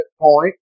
point